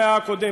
המאה הקודמת: